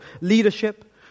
leadership